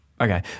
Okay